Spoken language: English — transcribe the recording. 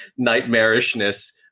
nightmarishness